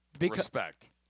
respect